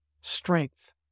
strength